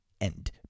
end